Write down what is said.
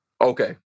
Okay